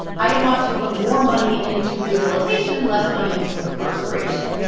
i want to put more money into rehabilitation and less money into incarceration.